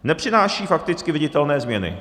Nepřináší fakticky viditelné změny.